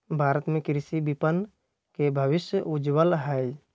भारत में कृषि विपणन के भविष्य उज्ज्वल हई